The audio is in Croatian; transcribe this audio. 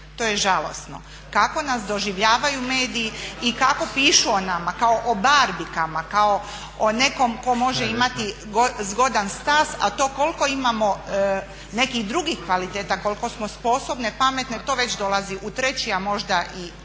To je žalosno kako nas doživljavaju mediji i kako pišu o nama kao o barbikama, kao o nekom tko može imati zgodan stas a to koliko imamo nekih drugih kvaliteta, koliko smo sposobne, pametne to već dolazi u treći a možda i